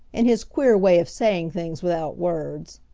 in his queer way of saying things without words.